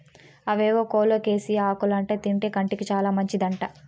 అవేవో కోలోకేసియా ఆకులంట తింటే కంటికి చాలా మంచిదంట